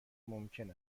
ممکن